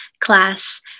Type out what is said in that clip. class